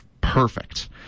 Perfect